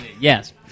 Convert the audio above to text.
Yes